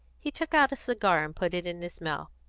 he took out a cigar and put it into his mouth.